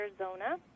Arizona